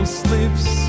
slips